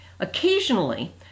Occasionally